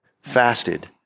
fasted